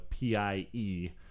PIE